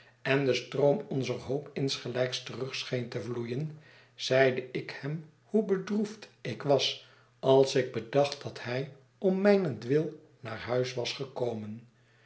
en de stroom onzer hoop insgelijks terug scheen te vloeien zeide ik hem hoe bedroefd ik was als ik bedacht dat hij om mijnentwil naar huis was gekomen